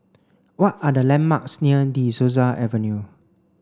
what are the landmarks near De Souza Avenue